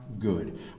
good